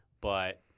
But-